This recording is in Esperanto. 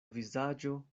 vizaĝo